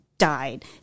died